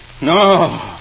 No